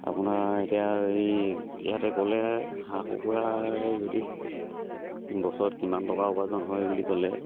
আপোনাৰ এতিয়া এই ইয়াতে ক'লে হাঁহ কুকুুৰাৰে যদি বছৰত কিমান টকা উপাৰ্জন হয় বুলি ক'লে